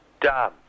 done